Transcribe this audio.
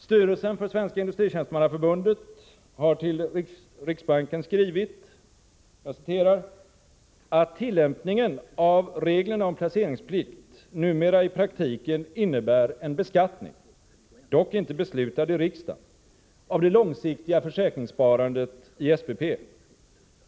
Styrelsen för Svenska industritjänstemannaförbundet har till riksbanken skrivit ”att tillämpningen av reglerna om placeringsplikt numera i praktiken innebär en beskattning — dock inte beslutad i riksdagen — av det långsiktiga försäkringssparandet i SPP.